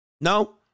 No